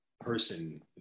person